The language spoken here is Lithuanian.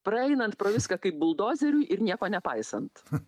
praeinant pro viską kaip buldozeriui ir nieko nepaisant